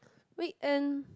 weekend